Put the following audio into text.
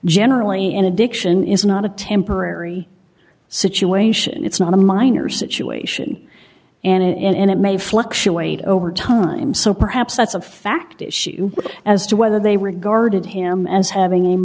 generally an addiction is not a temporary situation it's not a minor situation and it may fluctuate over time so perhaps that's a fact issue as to whether they regarded him as having